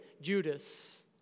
Judas